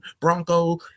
bronco